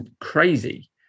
crazy